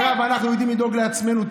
מירב, אנחנו יודעים לדאוג לעצמנו.